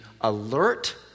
alert